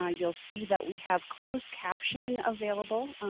ah you'll see that we have closed captioning available.